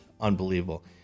unbelievable